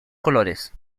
colores